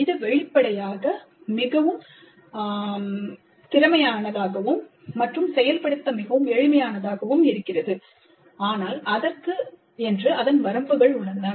இது வெளிப்படையாக மிகவும் திறமையானது மற்றும் செயல்படுத்த மிகவும் எளிமையானது ஆனால் அதற்கு அதன் வரம்புகள் உள்ளன